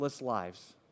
lives